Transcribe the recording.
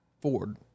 Ford